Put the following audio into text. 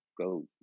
Go